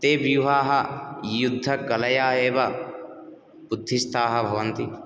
ते व्यूहाः युद्धकलया एव उद्धिष्ठाः भवन्ति